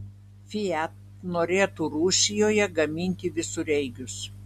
fiat norėtų rusijoje gaminti visureigius